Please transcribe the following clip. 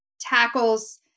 tackles